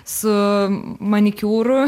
su manikiūru